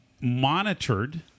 monitored